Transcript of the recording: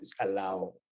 allow